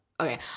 okay